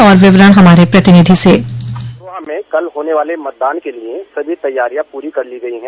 और विवरण हमारे प्रतिनिधि से डिस्पैच अमरोहा में कल होने वाले मतदान के लिए चमी तैयारियां पूरी कर ली गयी हैं